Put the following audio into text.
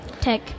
tech